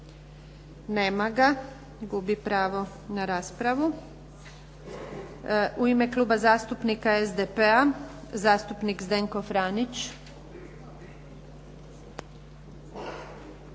Nema ga. Gubi pravo na raspravu. U ime kluba zastupnika SDP-a zastupnik Zdenko Franić.